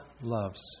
loves